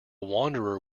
wanderer